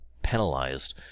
penalized